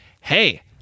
Hey